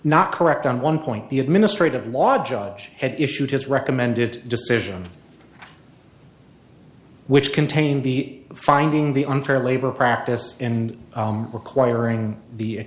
not correct on one point the administrative law judge had issued his recommended decision which contained the finding the unfair labor practice and requiring the